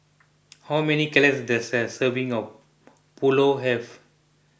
how many calories does a serving of Pulao have